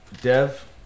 dev